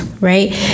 right